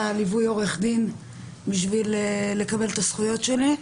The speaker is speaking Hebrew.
ליווי עורך דין בכדי לקבל את הזכויות שלי.